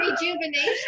rejuvenation